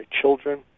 children